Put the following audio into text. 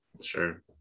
Sure